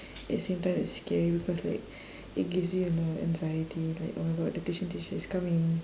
at the same time it's scary because like it gives you you know anxiety like oh my god the tuition teacher is coming